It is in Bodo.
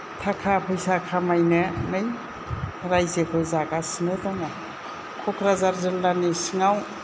थाखा फैसा खामायनानै रायजोखौ जागासिनो दङ क'क्राझार जिल्लानि सिङाव